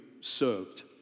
served